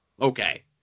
Okay